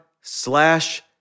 slash